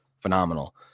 phenomenal